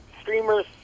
streamers